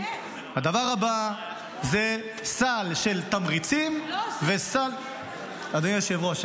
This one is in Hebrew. הדבר הבא זה סל של תמריצים --- לא --- אדוני היושב-ראש,